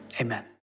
amen